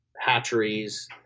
hatcheries